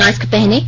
mask पहनें